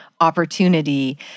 opportunity